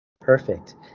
Perfect